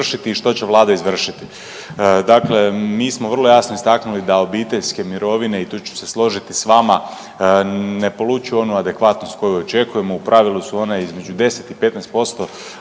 i što će Vlada izvršiti. Dakle, mi smo vrlo jasno istaknuli da će obiteljske mirovine i tu ću se složiti s vama ne polučuju onu adekvatnost koju očekujemo. U pravilu su one između 10 i 15%